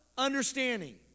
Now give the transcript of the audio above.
Understanding